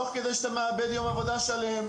תוך כדי שאתה מאבד יום עבודה שלם,